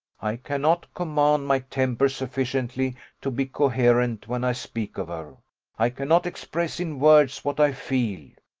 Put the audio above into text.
i cannot command my temper sufficiently to be coherent when i speak of her i cannot express in words what i feel.